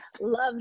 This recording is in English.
love